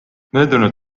möödunud